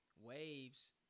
waves